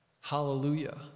Hallelujah